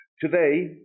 Today